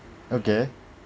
okay